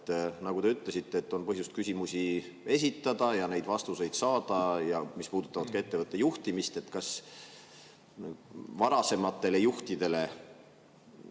Nagu te ütlesite, et on põhjust küsimusi esitada ja saada vastuseid, ka selle kohta, mis puudutab ettevõtte juhtimist. Kas varasematele juhtidele